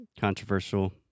controversial